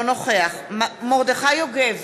אינו נוכח מרדכי יוגב,